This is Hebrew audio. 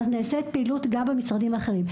אז נעשית פעילות גם במשרדים האחרים.